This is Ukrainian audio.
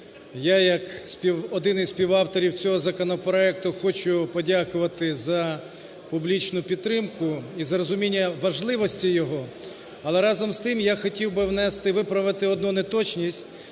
Я, як один із співавторів цього законопроекту, хочу подякувати за публічну підтримку і за розуміння важливості його. Але разом з тим, я хотів би внести, виправити одну неточність